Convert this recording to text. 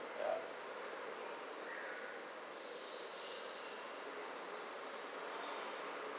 ya